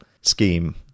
scheme